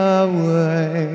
away